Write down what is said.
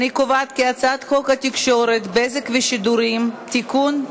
ההצעה להעביר את הצעת חוק התקשורת (בזק ושידורים) (תיקון,